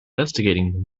investigating